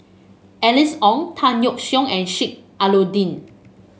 Alice Ong Tan Yeok Seong and Sheik Alau'ddin